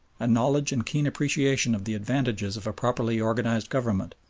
a knowledge and keen appreciation of the advantages of a properly organised government,